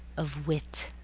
of wit,